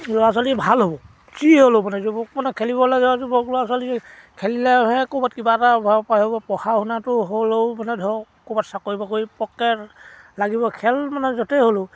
ল'ৰা ছোৱালী ভাল হ'ব যি হ'লেও মানে যুৱক মানে খেলিব লাগে আৰু যুৱক ল'ৰা ছোৱালী খেলিলেহে ক'ৰবাত কিবা এটা ভৰাব পাৰিব পঢ়া শুনাটো হ'লেও মানে ধৰক ক'ৰবাত চাকৰি বাকৰি পককৈ লাগিব খেল মানে য'তেই হ'লেও